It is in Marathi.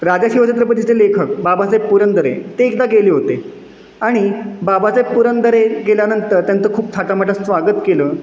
राजा शिवछत्रपतीचे लेखक बाबासाहेब पुरंदरे ते एकदा गेले होते आणि बाबासाहेब पुरंदरे गेल्यानंतर त्यांचं खूप थाटामाटात स्वागत केलं